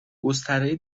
گستره